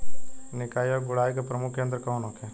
निकाई और गुड़ाई के प्रमुख यंत्र कौन होखे?